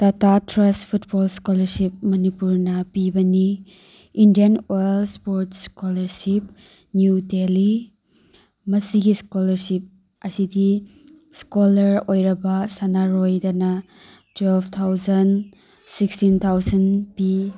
ꯇꯇꯥ trust football scholarship ꯃꯅꯤꯄꯨꯔꯅ ꯄꯤꯕꯅꯤ Indian world sports scholarship new Delhi ꯃꯁꯤꯒꯤ ꯏꯁꯀꯣꯂꯔꯁꯤꯞ ꯑꯁꯤꯗꯤ ꯏꯁꯀꯣꯂꯔ ꯑꯣꯏꯔꯕ ꯁꯥꯟꯅꯔꯣꯏꯗꯅ ꯇ꯭ꯋꯦꯜꯐ ꯊꯥꯎꯖꯟ ꯁꯤꯛꯁꯇꯤꯟ ꯊꯥꯎꯖꯟ ꯄꯤ